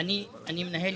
אם הייתם מביאים